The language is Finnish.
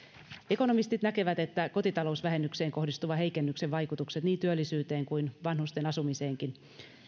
ekonomistit näkevät että kotitalousvähennykseen kohdistuvan heikennyksen vaikutukset niin työllisyyteen kuin vanhusten asumiseenkin